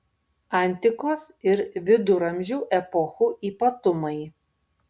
antikos ir viduramžių epochų ypatumai